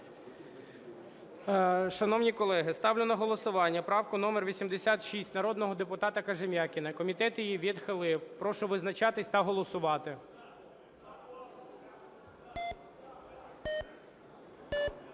Шановні колеги, ставлю на голосування правку номер 86 народного депутата Кожем'якіна. Комітет її відхилив. Прошу визначатися та голосувати.